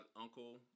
uncle